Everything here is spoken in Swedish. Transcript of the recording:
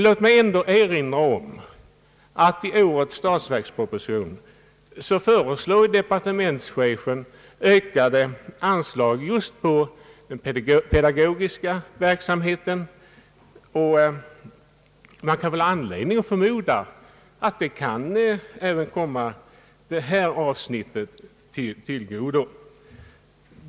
Låt mig ändå erinra om att departementschefen i årets statsverksproposition föreslår ökat anslag just till den pedagogiska verksamheten. Man kan väl ha anledning förmoda att det även kommer detta avsnitt till godo.